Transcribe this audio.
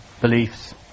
beliefs